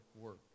work